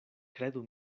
kredu